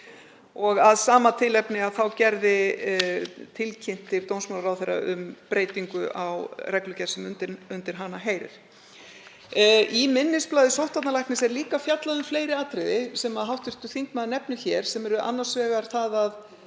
Af sama tilefni tilkynnti dómsmálaráðherra um breytingu á reglugerð sem undir hana heyrir. Í minnisblaði sóttvarnalæknis er líka fjallað um fleiri atriði sem hv. þingmaður nefnir hér sem eru annars vegar að